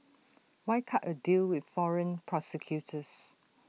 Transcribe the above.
why cut A deal with foreign prosecutors